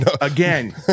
again